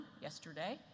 yesterday